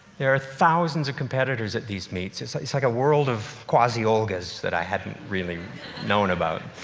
there are thousand of competitors at these meets. it's it's like a world of quasi olgas that i hadn't really known about.